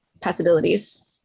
possibilities